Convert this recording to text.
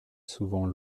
souvent